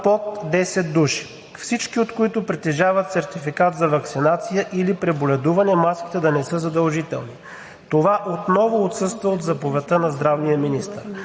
под 10 души – всички, от които притежават сертификат за ваксинация, или преболедуване – маските да не са задължителни. Това отново отсъства от заповедта на здравния министър.